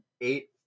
eight